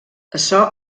açò